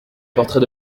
portrait